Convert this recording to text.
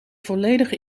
volledige